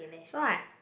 so I